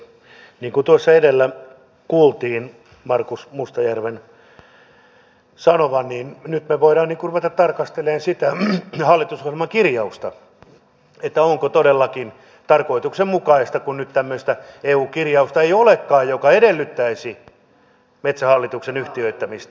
niin kuin tuossa edellä kuultiin markus mustajärven sanovan nyt me voimme ruveta tarkastelemaan sitä hallitusohjelman kirjausta onko tämä todellakin tarkoituksenmukaista kun nyt tämmöistä eu kirjausta ei olekaan joka edellyttäisi metsähallituksen yhtiöittämistä